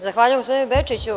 Zahvaljujem, gospodine Bečiću.